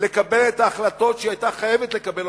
לקבל את ההחלטות שהיא היתה חייבת לקבל,